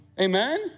Amen